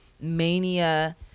mania